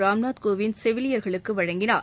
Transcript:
ராம்நாத் கோவிந்த் செவிலியர்களுக்கு வழங்கினார்